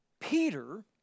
Peter